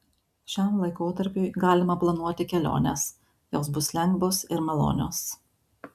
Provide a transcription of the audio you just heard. šiam laikotarpiui galima planuoti keliones jos bus lengvos ir malonios